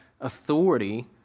authority